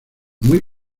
muy